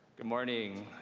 good morning.